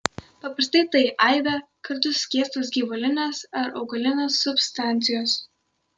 paprastai tai aibę kartų skiestos gyvulinės ar augalinės substancijos